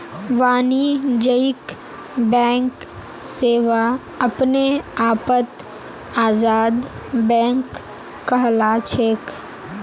वाणिज्यिक बैंक सेवा अपने आपत आजाद बैंक कहलाछेक